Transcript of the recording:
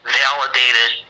validated